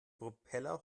propeller